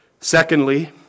Secondly